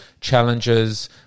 challenges